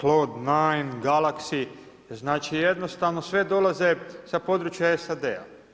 cloud, nine, galaxy, znači jednostavno sve dolaze sa područja SAD-a?